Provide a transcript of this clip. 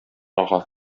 ага